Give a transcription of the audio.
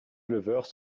éleveurs